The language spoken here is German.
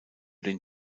den